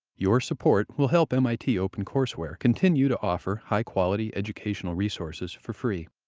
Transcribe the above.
your support will help mit opencourseware continue to offer high quality educational resources for free.